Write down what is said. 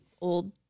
old